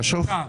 חשוב.